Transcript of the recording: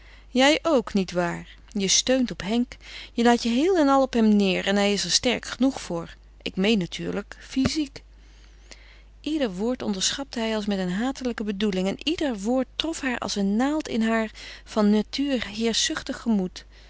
jij ook nietwaar je steunt op henk je laat je heel en al op hem neer en hij is er sterk genoeg voor ik meen natuurlijk fyziek ieder woord onderschrapte hij als met een hatelijke bedoeling en ieder woord trof haar als een naald in haar van natuur heerschzuchtig gemoed